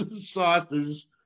sauces